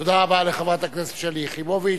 תודה רבה לחברת הכנסת שלי יחימוביץ.